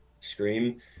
scream